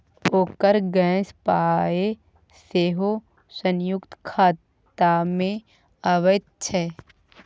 ओकर गैसक पाय सेहो संयुक्ते खातामे अबैत छै